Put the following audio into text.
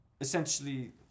essentially